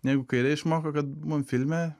negu kaire išmoko kad mum filme